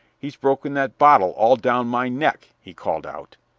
he's broken that bottle all down my neck, he called out.